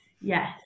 yes